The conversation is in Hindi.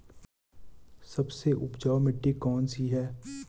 सबसे उपजाऊ मिट्टी कौन सी है?